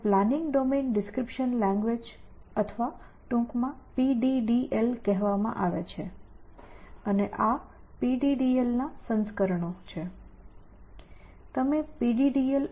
આને planning domain description language અથવા ટૂંકમાં PDDL કહેવામાં આવે છે અને આ PDDL ના સંસ્કરણો છે